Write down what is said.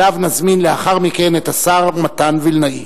ואליו נזמין לאחר מכן את השר מתן וילנאי.